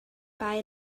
bei